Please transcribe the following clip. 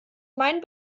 meinen